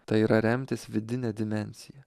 tai yra remtis vidine dimensija